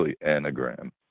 Anagram